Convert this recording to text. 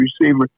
receiver